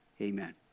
Amen